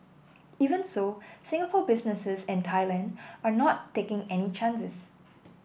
even so Singapore businesses in Thailand are not taking any chances